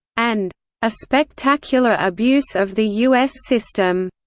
and a spectacular abuse of the u s. system.